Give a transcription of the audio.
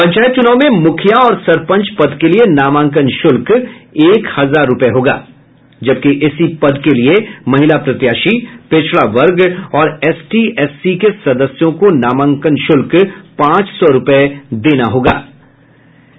पंचायत चुनाव में मुखिया और सरपंच पद के लिए नामांकन शुल्क एक हजार रूपये होगा जबकि इसी पद के लिए महिला प्रत्याशी पीछड़े वर्ग और एसटीएससी के सदस्यों को नामांकन शुल्क पांच सौ रूपये देने होंगे